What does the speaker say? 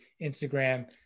Instagram